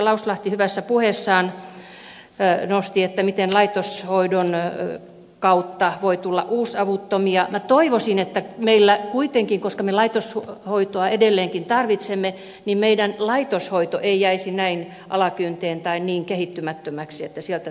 lauslahti hyvässä puheessaan nosti esille miten laitoshoidon kautta voi tulla uusavuttomia että minä toivoisin että meillä kuitenkaan koska me laitoshoitoa edelleenkin tarvitsemme laitoshoito ei jäisi näin alakynteen tai niin kehittymättömäksi että sieltä tulisi uusavuttomia